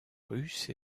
russe